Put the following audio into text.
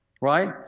Right